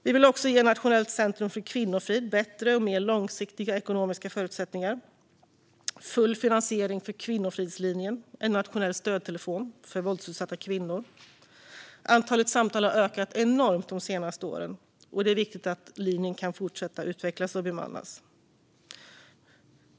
Vi vill också ge Nationellt centrum för kvinnofrid bättre och mer långsiktiga ekonomiska förutsättningar, och vi vill ge full finansiering till Kvinnofridslinjen, som är en nationell stödtelefon för våldsutsatta kvinnor. Antalet samtal har ökat enormt under de senaste åren, och det är viktigt att linjen kan fortsätta utvecklas och bemannas.